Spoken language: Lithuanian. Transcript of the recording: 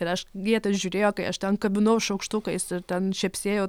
ir aš jie ten žiūrėjo kai aš ten kabinau šaukštukais ir ten čepsėjau